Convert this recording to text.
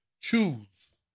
choose